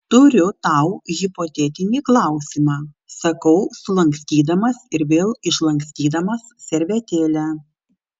turiu tau hipotetinį klausimą sakau sulankstydamas ir vėl išlankstydamas servetėlę